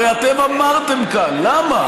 הרי אתם אמרתם כאן, למה?